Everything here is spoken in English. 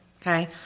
Okay